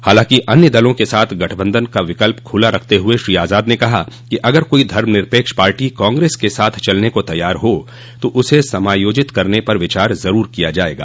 हालांकि अन्य दलों के साथ गठबंधन का विकल्प खूला रखते हुए श्री आज़ाद ने कहा कि अगर कोई धर्मनिरपेक्ष पार्टी कांग्रेस के साथ चलने को तयार हो तो उसे समायोजित करने पर विचार जरूर किया जायेगा